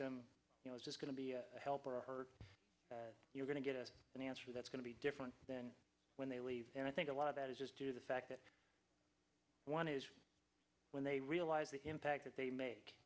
them you know it's just going to be a help or hurt you're going to get an answer that's going to be different than when they leave and i think a lot of that is just to the fact that one is when they realize the impact that they make